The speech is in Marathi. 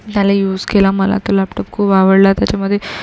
त्याला यूज केला मला तर लॅपटॉप खूप आवडला त्याच्यामध्ये